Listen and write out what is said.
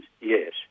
Yes